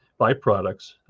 byproducts